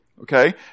okay